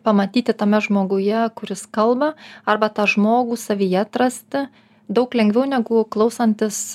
pamatyti tame žmoguje kuris kalba arba tą žmogų savyje atrasti daug lengviau negu klausantis